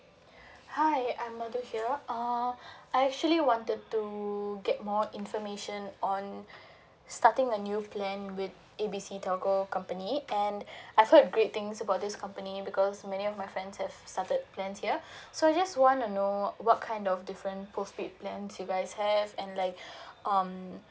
hi I'm madu here uh I actually wanted to get more information on starting a new plan with A B C telco company and I heard great things about this company because many of my friends have started plans here so I just want to know what kind of different postpaid plans you guys have and like um